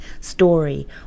story